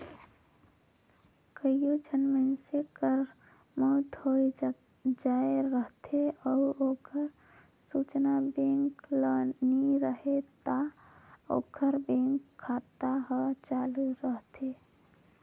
कइयो झन मइनसे कर मउत होए जाए रहथे अउ ओकर सूचना बेंक ल नी रहें ता ओकर बेंक खाता हर चालू रहथे